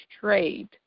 trade